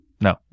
No